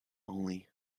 only